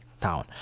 town